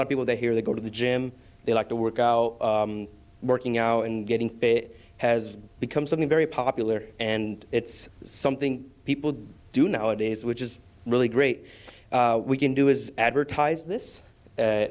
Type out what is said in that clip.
our people they hear they go to the gym they like to work out working out and getting fit has become something very popular and it's something people do nowadays which is really great we can do is advertise this